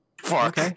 Fuck